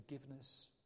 forgiveness